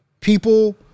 people